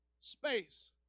space